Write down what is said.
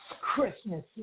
Christmas